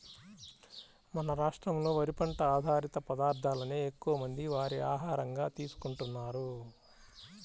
మన రాష్ట్రంలో వరి పంట ఆధారిత పదార్ధాలనే ఎక్కువమంది వారి ఆహారంగా తీసుకుంటున్నారు